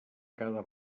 cada